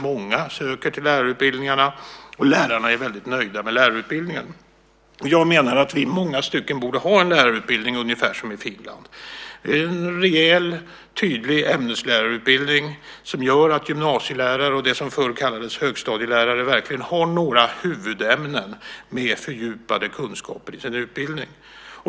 Många söker till lärarutbildningarna, och lärarna är väldigt nöjda med lärarutbildningen. Jag menar att vi i många stycken borde ha en lärarutbildning ungefär som den som man har i Finland - en rejäl och tydlig ämneslärarutbildning som gör att gymnasielärare och det som förr kallades högstadielärare verkligen har några huvudämnen med fördjupade kunskaper i sin utbildning.